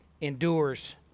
endures